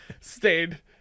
stayed